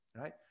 Right